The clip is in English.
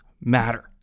matter